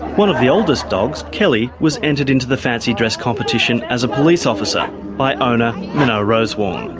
one of the oldest dogs, kellie, was entered into the fancy dress competition as a police officer by owner mino rosewarne.